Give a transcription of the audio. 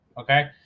okay